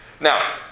Now